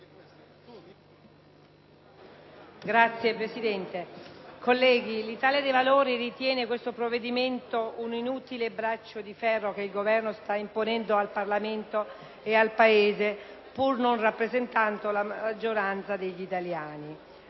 altresı dire che l’Italia dei Valori ritiene il provvedimento un inutile braccio di ferro che il Governo sta imponendo al Parlamento e al Paese, pur non rappresentando la maggioranza degli italiani.